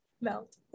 melt